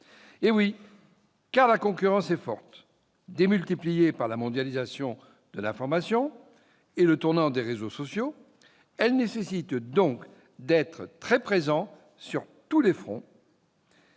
En effet, la concurrence est forte, démultipliée par la mondialisation de l'information et le tournant des réseaux sociaux. Elle nécessite que nous soyons très présents, sur tous les fronts,